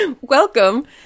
Welcome